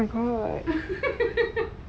என்ன சொன்னான்:enna sonnan